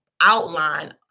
outline